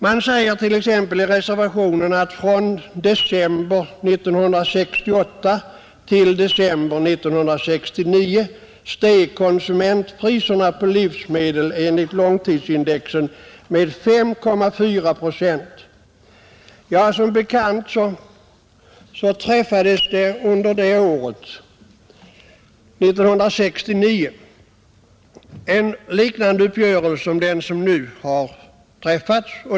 Man säger t. ex, i reservationen att från december 1968 till december 1969 steg konsumentpriserna på livsmedel enligt långtidsindex med 5,4 procent. Som bekant träffades det under år 1969 en uppgörelse liknande den som nu har träffats.